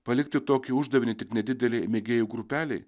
palikti tokį uždavinį tik nedidelei mėgėjų grupelei